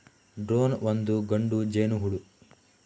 drone ಒಂದು ಗಂಡು ಜೇನುಹುಳು